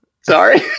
Sorry